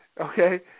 okay